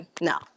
no